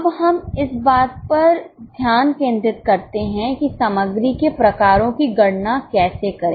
अब हम इस बात पर ध्यान केंद्रित करते हैं कि सामग्री के प्रकारों की गणना कैसे करें